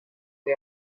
que